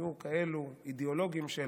היו כאלה, אידיאולוגים של